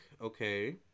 Okay